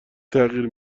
تغییر